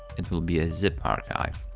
it will be a zip archive,